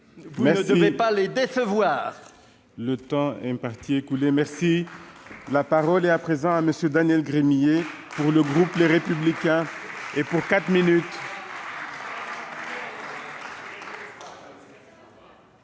Vous ne devez pas les décevoir